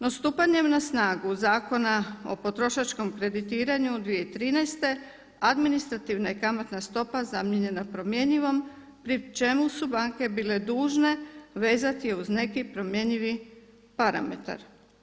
No stupanjem na snagu Zakona o potrošačkom kreditiranju 2013., administrativna kamatna stopa zamijenjena promjenjivom pri čemu su banke bile dužne vezati uz neki promjenjivi parametar.